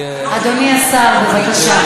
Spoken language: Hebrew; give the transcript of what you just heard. בבקשה.